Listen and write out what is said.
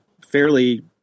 fairly